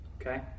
Okay